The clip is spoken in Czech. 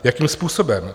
Jakým způsobem?